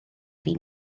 fin